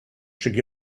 should